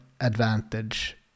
advantage